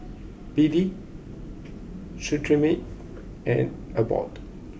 B D Cetrimide and Abbott